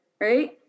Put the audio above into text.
right